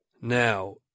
Now